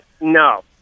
no